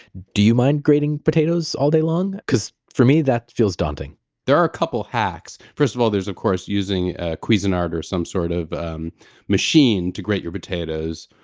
do you mind grating potatoes all day long cause for me that feels daunting there are a couple hacks. first of all, there's of course using a cuisinart or some sort of um machine to grate your potatoes.